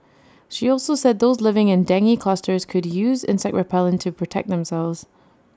she also said those living in dengue clusters could use insect repellent to protect themselves